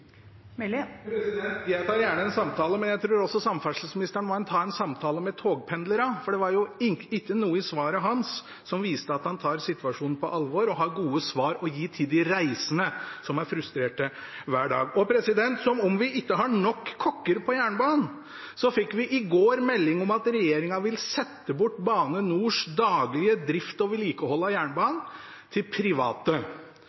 Jeg tar gjerne en samtale, men jeg tror også samferdselsministeren må ta en samtale med togpendlerne, for det var jo ikke noe i svaret hans som viste at han tar situasjonen på alvor og har gode svar å gi til de reisende, som er frustrerte hver dag. Som om vi ikke har nok kokker på jernbanen, fikk vi i går melding om at regjeringen vil sette bort Bane NORs daglige drift og vedlikehold av